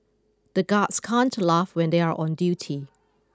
the guards can't laugh when they are on duty